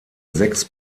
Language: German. sechs